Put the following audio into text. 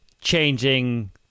changing